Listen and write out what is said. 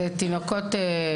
תינוקות,